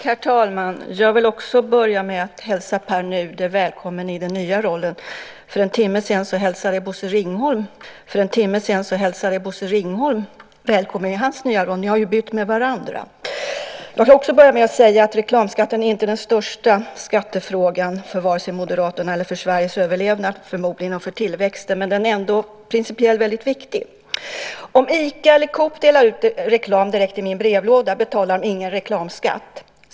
Herr talman! Jag vill också börja med att hälsa Pär Nuder välkommen i sin nya roll. För en timme sedan hälsade jag Bosse Ringholm välkommen i hans nya roll. Ni har ju bytt med varandra. Jag ska också börja med att säga att reklamskatten förmodligen inte är den största skattefrågan för vare sig Moderaterna, Sveriges överlevnad eller tillväxten. Men den är ändå principiellt väldigt viktig. Om Ica eller Coop delar ut reklam direkt i min brevlåda betalar de ingen reklamskatt.